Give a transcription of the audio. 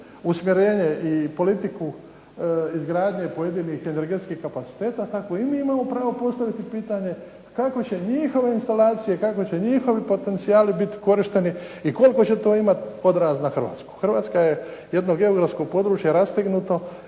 usmjerenje i politiku izgradnje pojedinih energetskih kapaciteta tako i mi imamo pravo postaviti pitanje kako će njihove instalacije, kako će njihovi potencijali biti korišteni i koliko će to imati odraz na Hrvatsku. Hrvatska je jedno geografsko područje rastegnuto